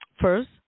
First